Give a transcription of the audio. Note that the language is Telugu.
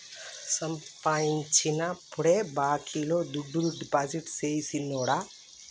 సంపాయించినప్పుడే బాంకీలో దుడ్డు డిపాజిట్టు సెయ్ సిన్నోడా